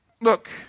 look